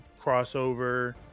crossover